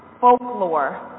folklore